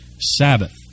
Sabbath